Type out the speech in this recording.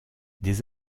des